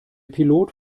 pilot